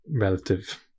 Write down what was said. relative